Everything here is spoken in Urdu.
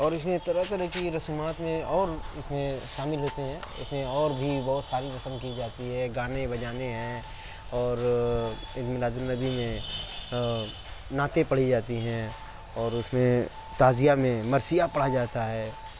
اور اس میں طرح طرح کی رسومات میں اور اس میں شامل ہوتے ہیں اس میں اور بھی بہت ساری رسم کی جاتی ہے گانے بجانے ہیں اور عید میلاد النبی میں نعتیں پڑھی جاتی ہیں اور اس میں تعزیہ میں مرثیہ پڑھا جاتا ہے